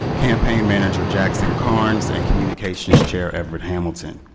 campaign manager jackson cairnes and communications chair edward hamilton.